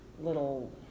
little